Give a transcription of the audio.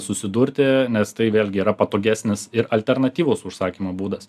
susidurti nes tai vėlgi yra patogesnis ir alternatyvus užsakymo būdas